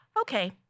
Okay